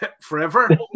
forever